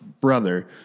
brother